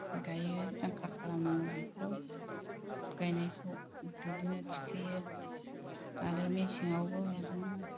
गायो जांख्रा खालामो बेफोराव गायनायखौ बिदिनो थिखोयो आरो मेसेंआवबो बिदिनो